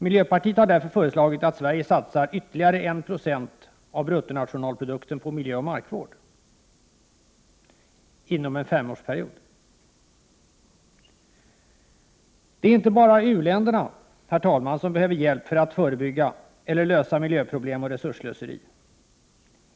Miljöpartiet har därför föreslagit att Sverige satsar ytterligare 1 26 av bruttonationalinkomsten på miljöoch markvård inom en femårsperiod. Det är inte bara u-länderna, herr talman, som behöver hjälp för att förebygga eller lösa miljöproblem och resursslöseri.